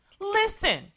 listen